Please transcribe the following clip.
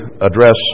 address